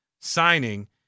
signing